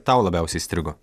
tau labiausiai įstrigo